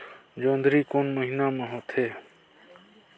जोंदरी कोन महीना म होथे?